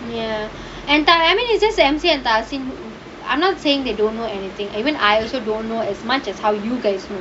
ya and I mean it's just damn jian da they don't know anything eh when I also don't know as much as how you guys